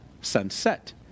sunset